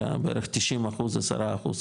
אלא בערך 90 אחוז/10 אחוז,